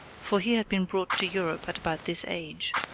for he had been brought to europe at about this age.